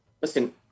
Listen